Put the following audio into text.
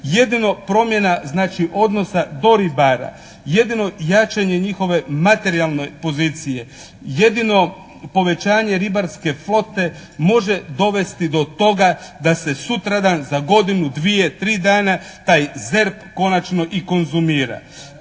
Jedino promjena znači odnosa do ribara, jedino jačanje njihove materijalne pozicije, jedino povećanje ribarske flote može dovesti do toga da se sutradan, za godinu, dvije, tri dana, taj ZERP konačno i konzumira.